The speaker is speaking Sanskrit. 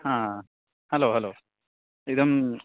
हा हलो हलो इदम्